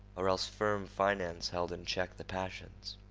or else firm finance held in check the passions.